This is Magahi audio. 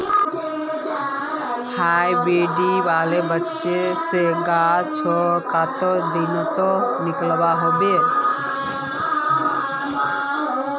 हाईब्रीड वाला बिच्ची से गाछ कते दिनोत निकलो होबे?